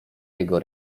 jego